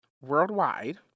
worldwide